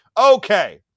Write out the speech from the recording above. okay